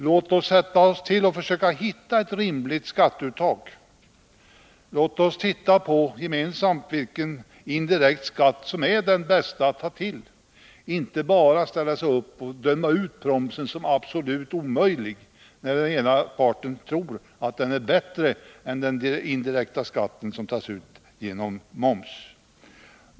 Låt oss sätta oss till och försöka hitta ett rimligt skatteuttag. Låt oss gemensamt titta på vilken indirekt skatt som är den bästa att ta till och inte bara döma ut promsen som absolut omöjlig, när den ena parten tror att den är bättre än den indirekta skatten som tas ut genom moms.